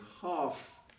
half